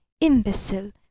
imbecile